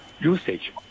usage